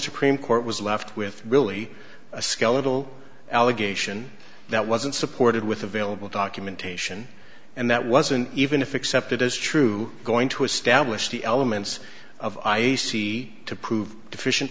supreme court was left with really a skeletal allegation that wasn't supported with available documentation and that wasn't even if accepted as true going to establish the elements of ice see to prove deficient